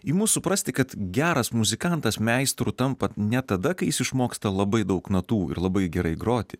imu suprasti kad geras muzikantas meistru tampa ne tada kai jis išmoksta labai daug natų ir labai gerai groti